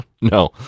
No